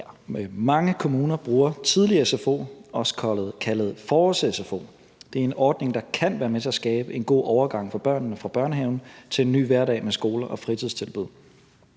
Mange kommuner bruger tidlig sfo, også kaldet forårs-sfo. Det er en ordning, der kan være med til at skabe en god overgang for børnene fra børnehaven til en ny hverdag med skole og fritidstilbud.